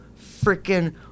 freaking